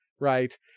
right